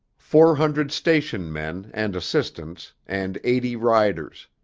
four hundred station men and assistants and eighty riders.